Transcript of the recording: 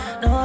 no